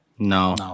No